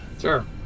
Sure